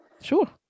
Sure